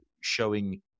showing